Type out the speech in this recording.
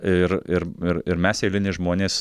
ir ir ir ir mes eiliniai žmonės